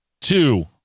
two